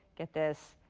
get this.